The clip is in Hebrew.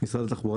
משרד התחבורה,